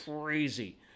crazy